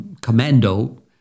commando